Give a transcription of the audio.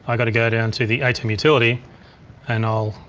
um gotta go down to the atem utility and i'll,